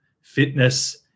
fitness